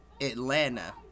Atlanta